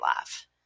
life